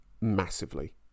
massively